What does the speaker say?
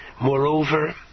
Moreover